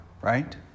right